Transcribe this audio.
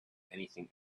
anything